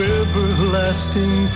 everlasting